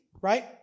right